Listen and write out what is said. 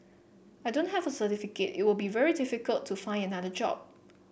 I don't have certificate it will be very difficult to find another job